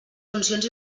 funcions